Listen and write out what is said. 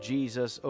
Jesus